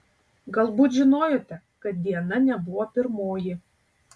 galbūt žinojote kad diana nebuvo pirmoji